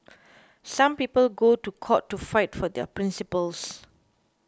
some people go to court to fight for their principles